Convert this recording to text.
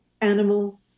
animal